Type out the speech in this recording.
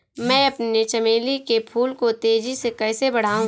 मैं अपने चमेली के फूल को तेजी से कैसे बढाऊं?